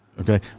Okay